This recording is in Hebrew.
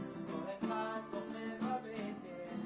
אמנם בכנסת אסור למחוא כפיים אבל זה היה